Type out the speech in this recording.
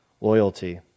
loyalty